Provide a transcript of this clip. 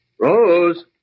Rose